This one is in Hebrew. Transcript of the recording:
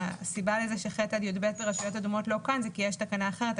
הסיבה לכך ש-ח' עד י"ב ברשויות אדומות לא כאן היא כי יש תקנה אחרת,